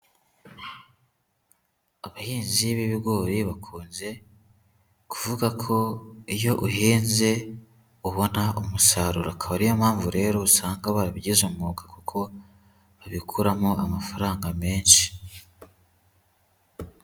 Abahinzi b'ibigori bakunze kuvuga ko iyo uhinze ubona umusaruro. Akaba ariyo mpamvu rero usanga barabigize umwuga kuko babikuramo amafaranga menshi.